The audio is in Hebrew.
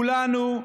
כולנו,